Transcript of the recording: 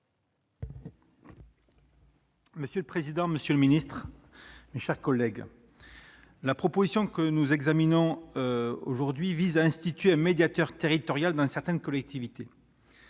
Monsieur le président, monsieur le ministre, mes chers collègues, la proposition de loi que nous examinons aujourd'hui vise à instituer un médiateur territorial dans certaines collectivités